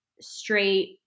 straight